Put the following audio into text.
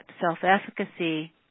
self-efficacy